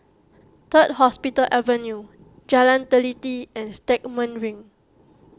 Third Hospital Avenue Jalan Teliti and Stagmont Ring